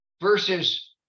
versus